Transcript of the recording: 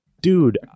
dude